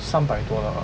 三百多 lah